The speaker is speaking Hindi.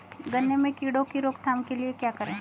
गन्ने में कीड़ों की रोक थाम के लिये क्या करें?